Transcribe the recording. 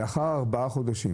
לאחר ארבעה חודשים